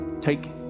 take